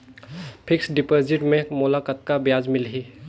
Fixed deposit मे मोला कतका ब्याज मिलही?